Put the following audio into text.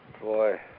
Boy